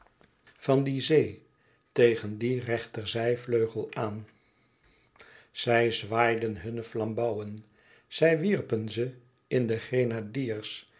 van die zee tegen dien rechterzijvleugel aan zij zwaaiden hunne flambouwen ze wierpen ze in de grenadiers